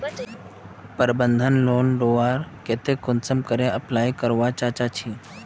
प्रबंधन लोन लुबार केते कुंसम करे अप्लाई करवा चाँ चची?